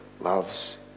loves